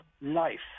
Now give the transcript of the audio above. life